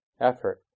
effort